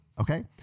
okay